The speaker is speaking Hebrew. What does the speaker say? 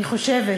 אני חושבת